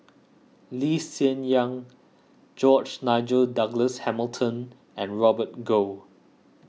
Lee Hsien Yang George Nigel Douglas Hamilton and Robert Goh